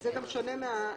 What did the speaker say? זה גם שונה מהנוסח